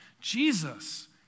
Jesus